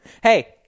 Hey